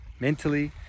Mentally